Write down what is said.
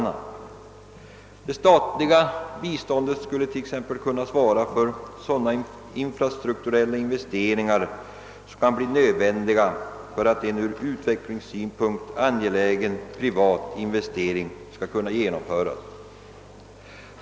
Det statliga biståndet skulle t.ex. kunna svara för sådana infrastrukturella investeringar som kan bli nödvändiga för att en ur utvecklingssynpunkt angelägen privat investering skall kunna genomföras.